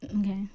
Okay